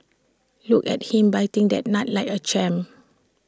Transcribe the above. look at him biting that nut like A champ